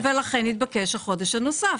ולכן התבקש החודש הנוסף.